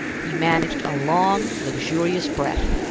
he managed a long, luxurious breath.